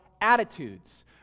attitudes